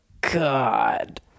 God